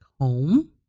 home